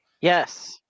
yes